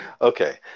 Okay